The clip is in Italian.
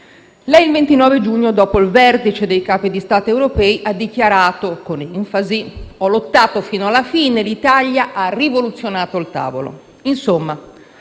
Lei, il 29 giugno, dopo il vertice dei Capi di Stato europei, ha dichiarato con enfasi che ha lottato fino alla fine e che l'Italia ha rivoluzionato il tavolo.